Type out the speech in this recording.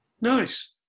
Nice